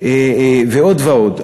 ועוד ועוד.